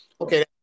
Okay